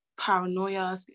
paranoia